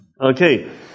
Okay